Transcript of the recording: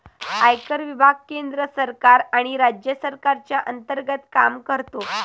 आयकर विभाग केंद्र सरकार आणि राज्य सरकारच्या अंतर्गत काम करतो